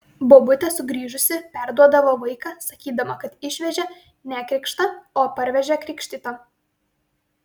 bobutė sugrįžusi perduodavo vaiką sakydama kad išvežė nekrikštą o parvežė krikštytą